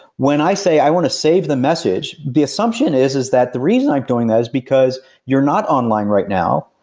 when i say i want to save the message, the assumption is is that the reason i'm doing that is because you're not online right now,